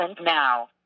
now